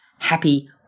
happy